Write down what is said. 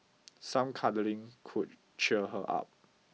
some cuddling could cheer her up